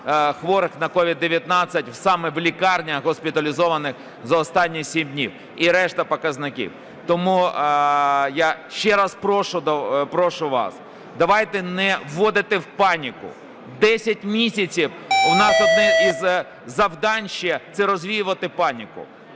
хворих на COVID-19 саме в лікарнях, госпіталізованих за останні 7 днів і решта показників. Тому я ще раз прошу вас, давайте не вводити в паніку. 10 місяців у нас одне із завдань ще – це розвіювати паніку.